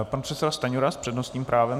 Pan předseda Stanjura s přednostním právem.